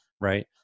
right